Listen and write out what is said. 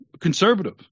conservative